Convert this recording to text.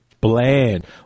bland